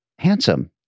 Handsome